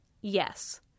yes